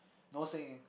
no singing